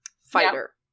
Fighter